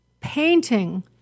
painting